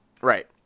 Right